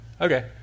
Okay